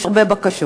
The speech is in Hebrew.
יש הרבה בקשות,